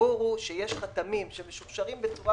הסיפור הוא שיש חתמים שמשורשרים בצורה